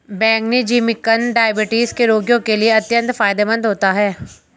बैंगनी जिमीकंद डायबिटीज के रोगियों के लिए अत्यंत फायदेमंद होता है